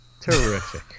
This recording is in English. Terrific